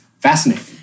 fascinating